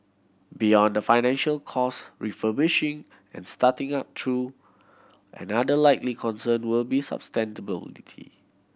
beyond the financial cost refurbishing and starting up though another likely concern will be sustainability